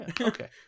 Okay